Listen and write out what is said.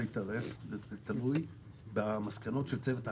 זה תלוי במסקנות של צוות ההכלה.